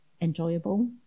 enjoyable